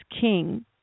king